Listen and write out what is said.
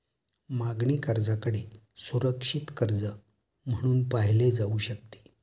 मागणी कर्जाकडे सुरक्षित कर्ज म्हणून पाहिले जाऊ शकते